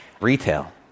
Retail